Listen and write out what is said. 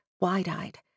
wide-eyed